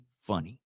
funny